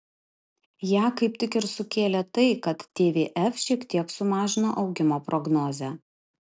ją kaip tik ir sukėlė tai kad tvf šiek tiek sumažino augimo prognozę